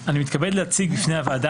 אני מתכבד להציג בפני הוועדה